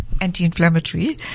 anti-inflammatory